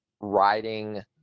riding